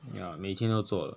ya 每天都做的